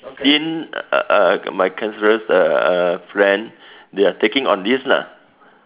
seen uh my cancerous uh friend they are taking on this lah